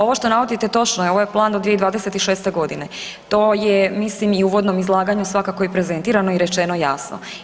Ovo što navodite točno je, ovo je plan do 2026.g. to je mislim i u uvodnom izlaganju svakako i prezentirano i rečeno jasno.